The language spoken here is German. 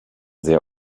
sehr